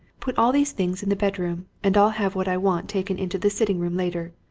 put all these things in the bedroom, and i'll have what i want taken into the sitting-room later.